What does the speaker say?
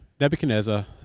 Nebuchadnezzar